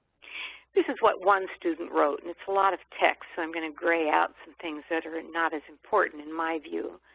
this is what one student wrote and it's a lot of text, so i'm going to gray out some things that are and not as important in my view,